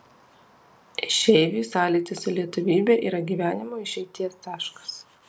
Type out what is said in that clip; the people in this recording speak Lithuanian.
išeiviui sąlytis su lietuvybe yra gyvenimo išeities taškas